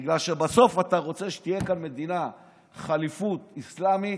בגלל שבסוף אתה רוצה שתהיה כאן מדינת ח'ליפות אסלאמית,